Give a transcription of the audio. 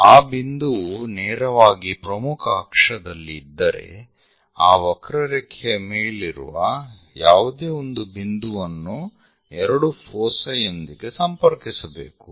ಆ ಬಿಂದುವು ನೇರವಾಗಿ ಪ್ರಮುಖ ಅಕ್ಷದಲ್ಲಿ ಇದ್ದರೆ ಆ ವಕ್ರರೇಖೆಯ ಮೇಲಿರುವ ಯಾವುದೇ ಒಂದು ಬಿಂದುವನ್ನು ಎರಡು ಫೋಸೈ ಯೊಂದಿಗೆ ಸಂಪರ್ಕಿಸಬೇಕು